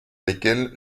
lesquelles